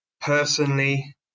Personally